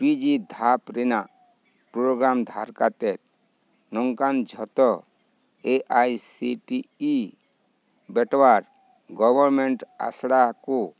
P G ᱫᱷᱟᱯ ᱨᱮᱱᱟᱜ programme ᱫᱷᱟᱨ ᱠᱟᱛᱮᱫ ᱱᱚᱝᱠᱟᱱ ᱡᱷᱚᱛᱚ A I C T E ᱵᱮᱴ ᱳᱣᱟᱨᱰ ᱜᱚᱵᱷᱚᱨᱢᱮᱱᱴ ᱟᱥᱲᱟᱠᱚ